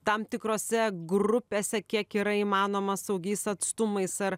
tam tikrose grupėse kiek yra įmanoma saugiais atstumais ar